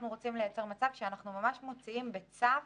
אנחנו רוצים לייצר מצב שבו אנחנו ממש מוציאים בצו,